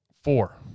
four